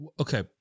Okay